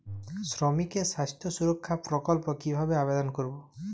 শ্রমিকের স্বাস্থ্য সুরক্ষা প্রকল্প কিভাবে আবেদন করবো?